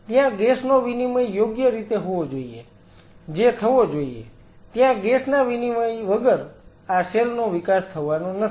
ત્યાં ગેસ નો વિનિમય યોગ્ય રીતે હોવો જોઈએ જે થવો જોઈએ ત્યાં ગેસ ના વિનિમય વગર આ સેલ નો વિકાસ થવાનો નથી